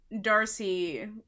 Darcy